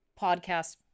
podcast